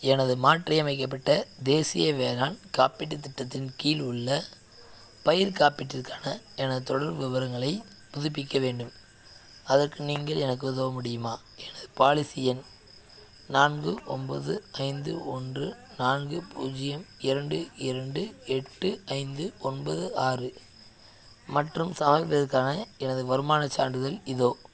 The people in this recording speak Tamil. எனது மாற்றியமைக்கப்பட்ட தேசிய வேளாண் காப்பீட்டுத் திட்டத்தின் கீழ் உள்ள பயிர்க் காப்பீட்டிற்கான எனது தொடர்பு விவரங்களைப் புதுப்பிக்க வேண்டும் அதற்கு நீங்கள் எனக்கு உதவ முடியுமா எனது பாலிசி எண் நான்கு ஒம்பது ஐந்து ஒன்று நான்கு பூஜ்ஜியம் இரண்டு இரண்டு எட்டு ஐந்து ஒன்பது ஆறு மற்றும் சமர்ப்பிப்புக்கான எனது வருமானச் சான்றிதழ் இதோ